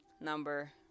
number